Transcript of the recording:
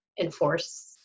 enforce